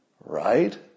right